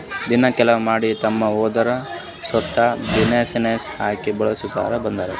ದಿನ ಕೆಲ್ಸಾ ಮಾಡಿ ತಮ್ದೆ ಒಂದ್ ಸ್ವಂತ ಬಿಸಿನ್ನೆಸ್ ಹಾಕಿ ಬೆಳುಸ್ಕೋತಾ ಬಂದಾರ್